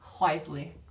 wisely